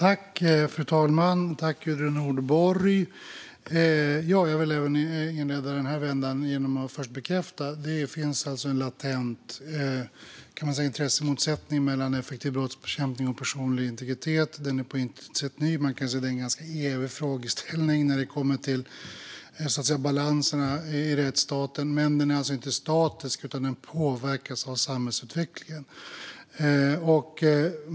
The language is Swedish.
Fru talman! Låt mig inleda även denna vända genom att bekräfta att det finns en latent intressemotsättning mellan effektiv brottsbekämpning och personlig integritet. Den är på intet sätt ny utan en ganska evig frågeställning när det kommer till balansen i rättsstaten. Den är dock inte statisk utan påverkas av samhällsutvecklingen.